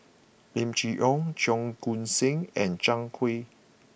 Lim Chee Onn Cheong Koon Seng and Zhang Hui